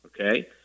okay